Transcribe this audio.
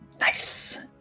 Nice